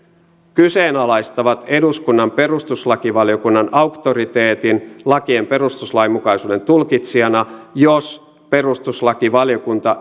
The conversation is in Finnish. kyseenalaistavat eduskunnan perustuslakivaliokunnan auktoriteetin lakien perustuslainmukaisuuden tulkitsijana jos perustuslakivaliokunta